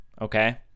Okay